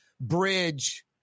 bridge